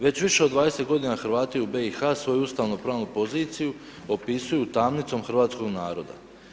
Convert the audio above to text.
Već više od 20 godina Hrvati u BiH svoju ustavno-pravnu poziciju opisuju tamnicom hrvatskog naroda.